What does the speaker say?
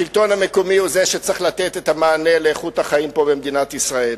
השלטון המקומי הוא זה שצריך לתת את המענה לאיכות החיים פה במדינת ישראל.